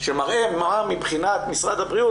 שמראה מה מבחינת משרד הבריאות,